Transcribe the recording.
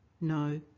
No